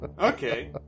Okay